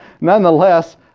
nonetheless